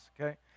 Okay